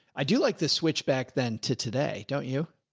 i do like this switch back then to today. don't you?